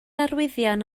arwyddion